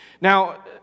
Now